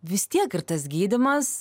vis tiek ir tas gydymas